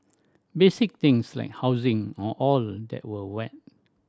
basic things like housing and all that were met